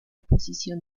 posición